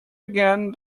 again